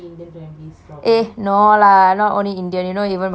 eh no lah not only indian you know even my malay friends all